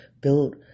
build